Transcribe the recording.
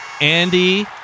Andy